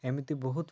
ଏମିତି ବହୁତ